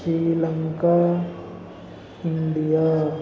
Sri Lanka India